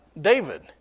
David